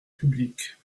publiques